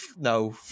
no